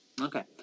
Okay